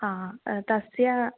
हा तस्य